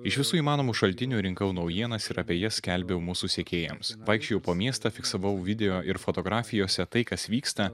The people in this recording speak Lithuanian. iš visų įmanomų šaltinių rinkau naujienas ir apie jas skelbiau mūsų sekėjams vaikščiojau po miestą fiksavau video ir fotografijose tai kas vyksta